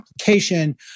application